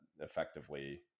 effectively